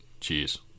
Cheers